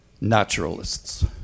naturalists